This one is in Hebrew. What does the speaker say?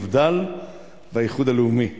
מפד"ל והאיחוד הלאומי,